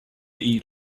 eat